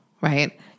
Right